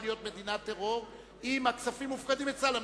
להיות מדינת טרור אם הכספים מופקדים אצלה.